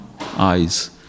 eyes